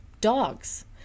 dogs